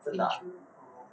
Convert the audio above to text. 真的 ah